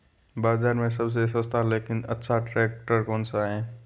बाज़ार में सबसे सस्ता लेकिन अच्छा ट्रैक्टर कौनसा है?